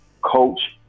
Coach